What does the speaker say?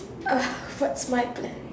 uh what's my plan